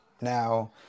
Now